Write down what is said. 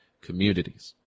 communities